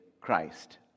Christ